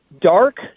dark